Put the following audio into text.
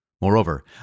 Moreover